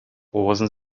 rosen